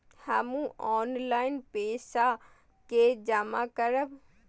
हमू ऑनलाईनपेसा के जमा करब?